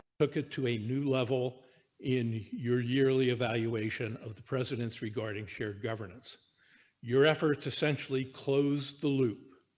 took it to a new level in your yearly evaluation of the president's regarding shared governance your efforts essentially close the loop.